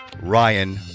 Ryan